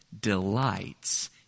delights